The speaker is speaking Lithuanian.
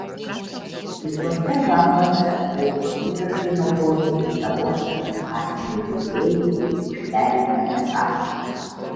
kituose žanruose vaizdo įrašai naudoti kaip savotiškas atlygis žaidėjui už pereitą etapą